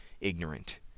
ignorant